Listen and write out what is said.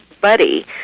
buddy